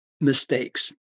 mistakes